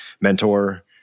mentor